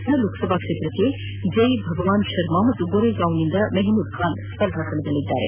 ಕುರುಕ್ವೇತ್ರ ಲೋಕಸಭಾ ಕ್ಷೇತ್ರದಿಂದ ಜೈ ಭಗವಾನ್ ಶರ್ಮಾ ಹಾಗೂ ಗೊರೆಗಾಂವ್ನಿಂದ ಮೆಹಮೂದ್ ಖಾನ್ ಸ್ಪರ್ಧಿಸಲಿದ್ದಾರೆ